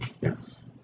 Yes